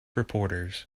reporters